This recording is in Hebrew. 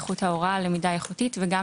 איכות ההוראה הלמידה היא איכותית וגם